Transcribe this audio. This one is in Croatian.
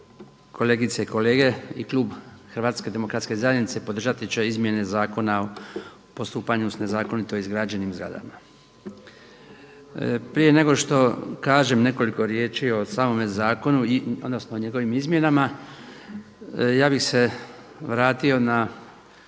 kolegice i kolege. I Klub Hrvatske demokratske zajednice podržati će izmjene Zakona o postupanju s nezakonito izgrađenim zgradama. Prije nego što kažem nekoliko riječi o samome zakonu odnosno o njegovim izmjenama, ja bih se vratio na